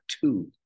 two